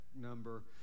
number